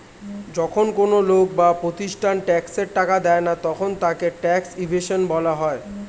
যখন কোন লোক বা প্রতিষ্ঠান ট্যাক্সের টাকা দেয় না তখন তাকে ট্যাক্স ইভেশন বলা হয়